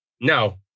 No